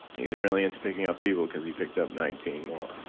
he's really into picking up people because he picked up nineteen more.